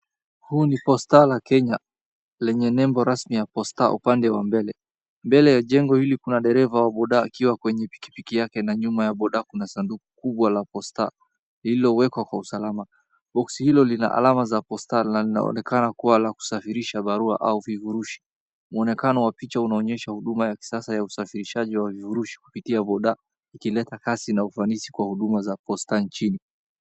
Huu ni posta la Kenya lenye nembo rasmi ya posta upande wa mbele. Mbele ya jengo hili kuna dereva wa bodaa akiwa kwenye pikipiki yake na nyuma ya bodaa kuna sanduku kubwa la posta lililowekwa kwa usalama. Boksi hilo lina alama za posta na linaonekana kuwa la kusafirisha barua au vifurushi. Muonekano wa picha unaonyesha huduma ya kisasa ya usafirishaji wa vifurushi kupitia bodaa ikileta kasi na ufanisi kwa huduma za posta nchini.